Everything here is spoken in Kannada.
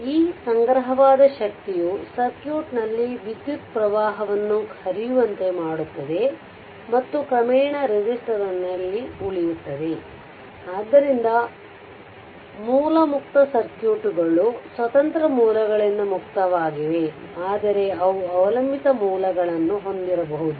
ಆದ್ದರಿಂದ ಈ ಸಂಗ್ರಹವಾದ ಶಕ್ತಿಯು ಸರ್ಕ್ಯೂಟ್ನಲ್ಲಿ ವಿದ್ಯುತ್ ಪ್ರವಾಹವನ್ನು ಹರಿಯುವಂತೆ ಮಾಡುತ್ತದೆ ಮತ್ತು ಕ್ರಮೇಣ ರೆಸಿಸ್ಟರ್ ನಲ್ಲಿಉಳಿಯುತ್ತದೆ ಆದ್ದರಿಂದ ಮೂಲ ಮುಕ್ತ ಸರ್ಕ್ಯೂಟ್ಗಳು ಸ್ವತಂತ್ರ ಮೂಲಗಳಿಂದ ಮುಕ್ತವಾಗಿವೆ ಆದರೆ ಅವು ಅವಲಂಬಿತ ಮೂಲಗಳನ್ನು ಹೊಂದಿರಬಹುದು